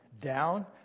down